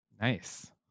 Nice